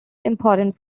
important